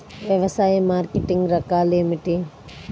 వ్యవసాయ మార్కెటింగ్ రకాలు ఏమిటి?